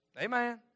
Amen